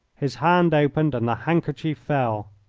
his hand opened and the handkerchief fell.